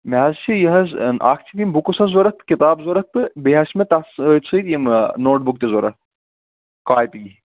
مےٚ حظ چھِ یہِ حظ اکھ چھِ یِم بُکٕس حظ ضوٚرتھ کِتاب ضوٚرتھ تہٕ بیٚیہِ حظ چھِ مے تَتھ سۭتۍ سۭتۍ یِم نوٹ بُک تہِ ضوٚرتھ کاپی